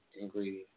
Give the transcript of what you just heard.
ingredient